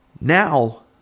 now